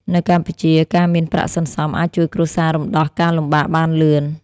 នៅកម្ពុជាការមានប្រាក់សន្សំ អាចជួយគ្រួសាររំដោះការលំបាកបានលឿន។